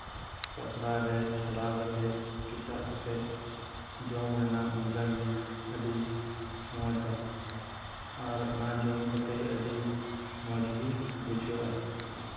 ᱯᱟᱛᱲᱟ ᱨᱮ ᱪᱷᱟᱰᱟᱣ ᱠᱟᱛᱮᱫ ᱠᱮᱪᱟᱜ ᱠᱟᱛᱮᱫ ᱡᱚᱢ ᱨᱮᱱᱟᱜ ᱢᱚᱸᱡᱟ ᱜᱮ ᱟᱹᱰᱤ ᱢᱚᱸᱡᱼᱟ ᱟᱨ ᱚᱱᱟ ᱡᱚᱢ ᱠᱟᱛᱮᱫ ᱟᱹᱰᱤ ᱢᱚᱸᱡ ᱜᱮ ᱵᱩᱡᱷᱟᱹᱜᱼᱟ